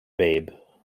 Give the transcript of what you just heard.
babe